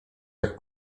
jak